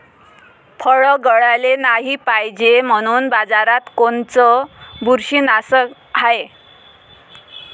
फळं गळाले नाही पायजे म्हनून बाजारात कोनचं बुरशीनाशक हाय?